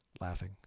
laughing